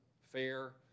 fair